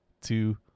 two